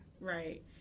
Right